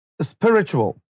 spiritual